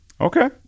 Okay